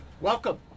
welcome